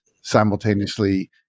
simultaneously